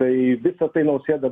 tai visa tai nausėda